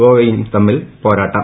ഗോവയും തമ്മിൽ പോരാട്ടം